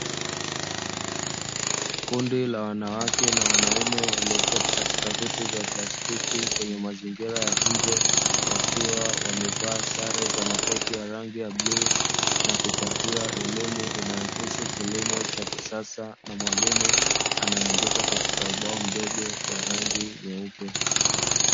Kundi la wanawake na wanaume walioketi katika viti vya plastiki kwenye mazingira ya nje, wakiwa wamevaa sare za makoti ya rangi ya bluu nakupatiwa elimu inayohusu kilimo cha kisasa na mwalimu anayeandika katika ubao mdogo wa rangi nyeupe.